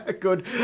Good